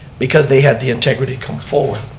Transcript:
because they had the integrity come forward